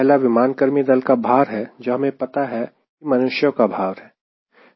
पहला विमान कर्मी दल का भार है जो हमें पता है कि मनुष्यो का भार है